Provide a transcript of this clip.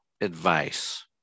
advice